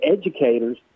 educators